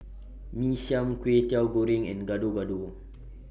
Mee Siam Kway Teow Goreng and Gado Gado